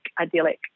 idyllic